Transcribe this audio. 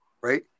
right